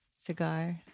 cigar